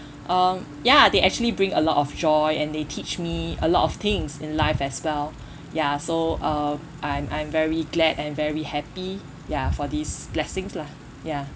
um ya they actually bring a lot of joy and they teach me a lot of things in life as well ya so uh I'm I'm very glad and very happy ya for these blessings lah ya